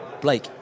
Blake